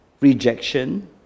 rejection